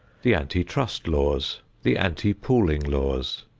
the anti-trust laws, the anti-pooling laws,